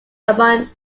among